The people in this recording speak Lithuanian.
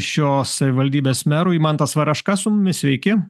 šios savivaldybės merui mantas varaška su mumis sveiki